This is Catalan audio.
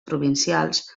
provincials